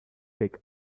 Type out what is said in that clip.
take